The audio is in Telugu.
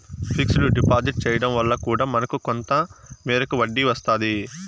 ఫిక్స్డ్ డిపాజిట్ చేయడం వల్ల కూడా మనకు కొంత మేరకు వడ్డీ వస్తాది